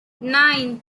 nine